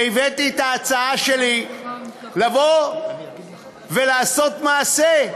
והבאתי את ההצעה שלי לבוא ולעשות מעשה: